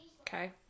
Okay